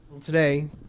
today